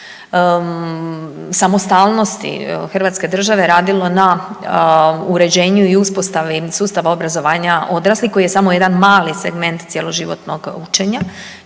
samostalnosti hrvatske države radilo na uređenju i uspostavi sustava obrazovanja odraslih koji je samo jedan mali segment cjeloživotnog učenja,